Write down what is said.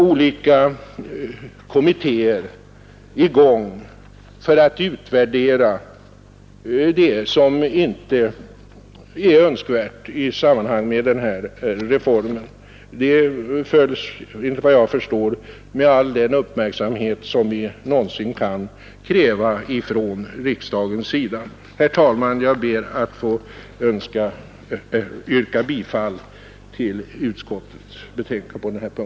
Olika kommittéer är i gång för att utvärdera det som inte är bra i samband med den här reformen. Enligt vad jag förstår följs verksamheten med all den uppmärksamhet som vi kan ha rätt att kräva från riksdagens sida. Herr talman! Jag ber att få yrka bifall till utskottets hemställan.